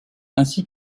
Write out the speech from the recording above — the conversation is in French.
ainsi